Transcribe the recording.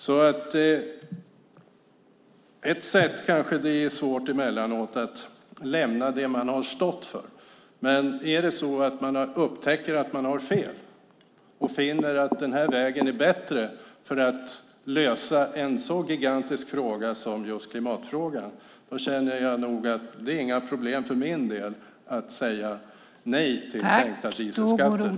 Det är svårt emellanåt att lämna det man har stått för, men upptäcker man att man har fel och finner att en väg är bättre för att lösa en så gigantisk fråga som klimatfrågan känner jag nog att det inte är några problem för min del att säga nej till sänkta dieselskatter.